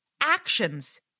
actions